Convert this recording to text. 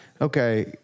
Okay